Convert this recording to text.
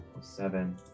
seven